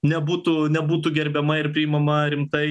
nebūtų nebūtų gerbiama ir priimama rimtai